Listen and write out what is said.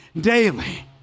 daily